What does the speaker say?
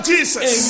Jesus